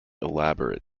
elaborate